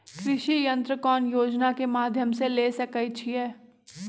कृषि यंत्र कौन योजना के माध्यम से ले सकैछिए?